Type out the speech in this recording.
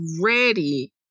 ready